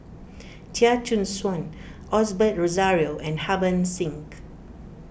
Chia Choo Suan Osbert Rozario and Harbans Singh